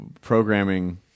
programming